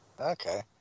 Okay